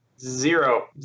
Zero